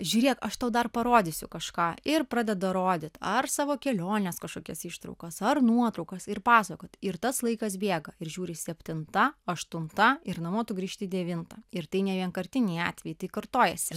žiūrėk aš tau dar parodysiu kažką ir pradeda rodyt ar savo keliones kažkokias ištraukas ar nuotraukas ir pasakoti ir tas laikas bėga ir žiūri septinta aštunta ir namo tu grįžti devintą ir tai nevienkartiniai atvejai tai kartojasi ir